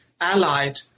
allied